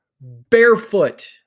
barefoot